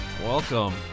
Welcome